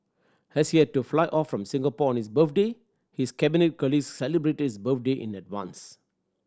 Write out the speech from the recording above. as he had to fly off from Singapore on his birthday his Cabinet colleagues celebrated his birthday in advance